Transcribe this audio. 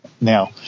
now